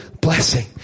blessing